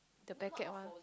the packet one